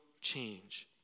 change